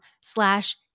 slash